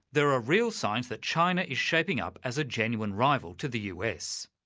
there are real signs that china is shaping up as a genuine rival to the us.